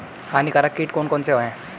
हानिकारक कीट कौन कौन से हैं?